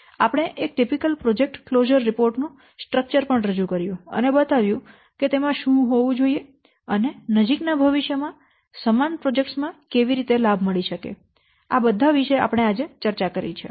આપણે એક typical project closure report નું સ્ટ્રક્ચર પણ રજૂ કર્યું અને બતાવ્યું કે તેમાં શું હોવું જોઈએ અને નજીકના ભવિષ્ય માં સમાન પ્રોજેક્ટ્સ માં કેવી રીતે લાભ મળી શકે આ બધા વિશે આજે આપણે ચર્ચા કરી છે